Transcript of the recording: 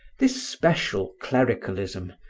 this special clericalism,